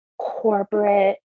corporate